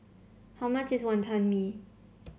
how much is Wonton Mee